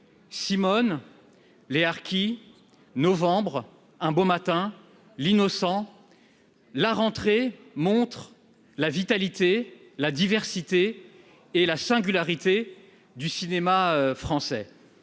Simone Les harkis novembre un beau matin l'innocent, la rentrée montre la vitalité et la diversité et la singularité du cinéma français,